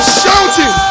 shouting